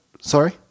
sorry